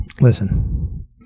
Listen